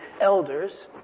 elders